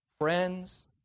friends